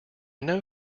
know